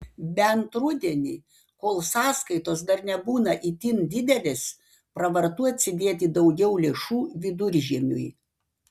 bent rudenį kol sąskaitos dar nebūna itin didelės pravartu atsidėti daugiau lėšų viduržiemiui